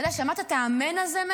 אתה שמעת את ה"אמן" הזה,